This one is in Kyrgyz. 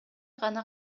гана